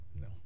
No